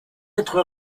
être